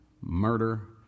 murder